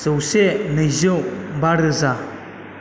जौसे नैजौ बा रोजा